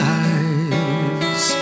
eyes